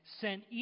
sent